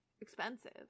expensive